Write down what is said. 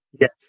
Yes